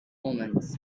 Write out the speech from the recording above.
omens